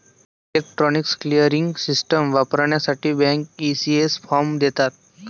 electronic clearing system वापरण्यासाठी bank, ECS form देतात